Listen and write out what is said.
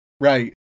Right